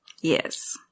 Yes